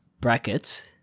brackets